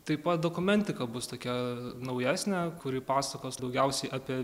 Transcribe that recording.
taip pat dokumentika bus tokia naujesnė kuri pasakos daugiausiai apie